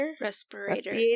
Respirator